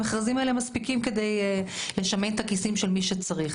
המכרזים האלה מספיקים כדי לשמן את הכיסים של מי שצריך.